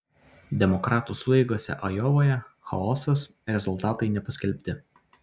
demokratų sueigose ajovoje chaosas rezultatai nepaskelbti